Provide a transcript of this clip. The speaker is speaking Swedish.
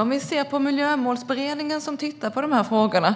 Herr talman! Miljömålsberedningen, som tittar på de här frågorna,